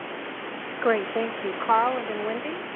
great. thank you. carl and then wendy?